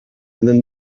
then